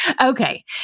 Okay